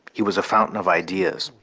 he was a fountain of ideas,